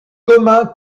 communs